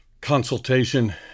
consultation